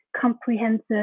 comprehensive